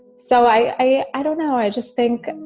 so i i don't know. i just think,